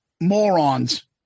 Morons